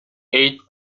eight